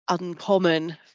uncommon